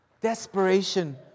desperation